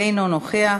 אינו נוכח.